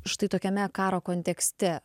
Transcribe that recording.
štai tokiame karo kontekste